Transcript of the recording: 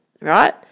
right